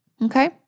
Okay